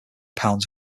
pounds